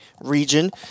region